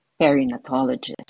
perinatologist